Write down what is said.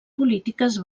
polítiques